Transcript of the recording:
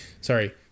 sorry